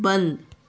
बंद